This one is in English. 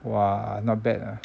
!wah! not bad ah